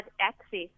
access